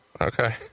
Okay